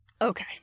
Okay